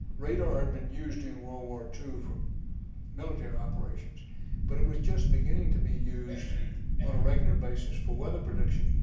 radar had been used during world war ii for military operations but it was just beginning to be used on a regular basis for weather prediction,